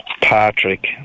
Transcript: Patrick